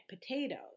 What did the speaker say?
potatoes